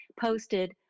posted